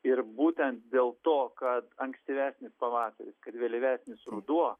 ir būtent dėl to kad ankstyvesnis pavasaris kad vėlyvesnis ruduo